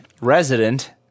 resident